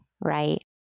right